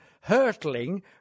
hurtling